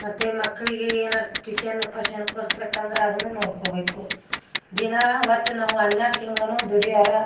ಮತ್ತು ಮಕ್ಕಳಿಗೆ ಏನಾದರು ಟ್ಯೂಶನ್ ಪಶನ್ ಕೊಡ್ಸ್ಬೇಕಂದ್ರೆ ಅದನ್ನು ನೋಡ್ಕೊಬೇಕು ದಿನಾ ಒಟ್ಟು ನಾವು ಹನ್ನೆರಡು ತಿಂಗಳೂನು ದುಡಿಯೋರ